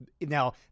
now